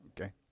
Okay